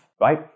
right